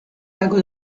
lago